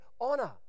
honor